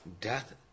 Death